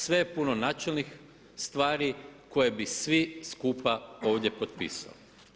Sve je puno načelnih stvari koje bi svi skupa ovdje potpisali.